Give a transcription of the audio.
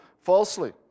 falsely